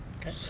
Okay